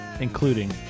Including